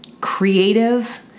creative